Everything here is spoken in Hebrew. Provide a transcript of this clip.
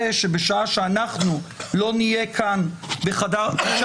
שבשעה שאנחנו לא נהיה כאן ------ משה,